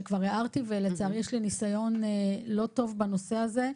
שכבר הערתי עליו ולצערי יש לי ניסיון לא טוב בנושא הזה,